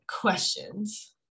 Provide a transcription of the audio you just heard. questions